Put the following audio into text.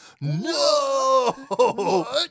no